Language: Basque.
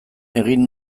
egin